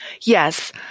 Yes